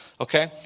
Okay